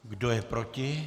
Kdo je proti?